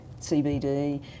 CBD